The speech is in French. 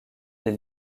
des